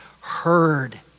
heard